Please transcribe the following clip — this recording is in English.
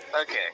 Okay